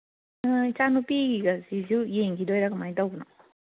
ꯏꯆꯥꯅꯨꯄꯤꯒꯤꯒꯁꯤꯁꯨ ꯌꯦꯡꯒꯤꯗꯣꯏꯔꯥ ꯀꯃꯥꯏꯅ ꯇꯧꯕꯅꯣ